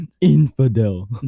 Infidel